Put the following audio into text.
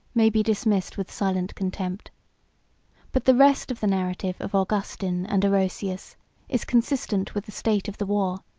may be dismissed with silent contempt but the rest of the narrative of augustin and orosius is consistent with the state of the war,